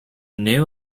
new